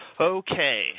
Okay